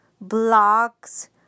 blocks